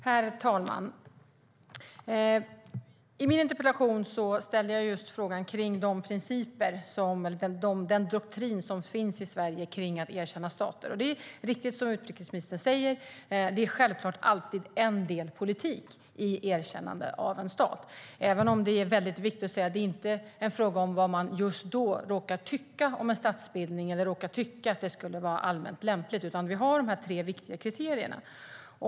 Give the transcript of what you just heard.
Herr talman! I min interpellation ställer jag frågan om den doktrin som finns i Sverige för att erkänna stater. Det är riktigt som utrikesministern säger att det självklart alltid är en del politik i erkännandet av en stat. Det är dock viktigt att säga att det inte är fråga om vad man just då råkar tycka om en statsbildning eller att det vore allmänt lämpligt, utan vi har de tre viktiga kriterierna.